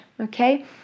okay